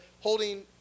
holding